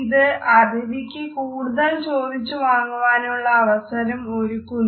ഇത് അതിഥിക്ക് കൂടുതൽ ചോദിച്ചു വാങ്ങുവാനുള്ള അവസരം ഒരുക്കുന്നു